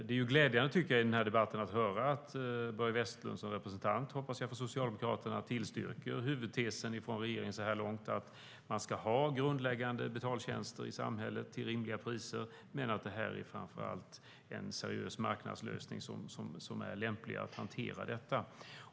Det är glädjande att höra att Börje Vestlund som representant för Socialdemokraterna, hoppas jag, tillstyrker huvudtesen från regeringen så här långt: att vi ska ha grundläggande betaltjänster i samhället till rimliga priser men att det framför allt är en seriös marknadslösning som är lämplig att hantera detta.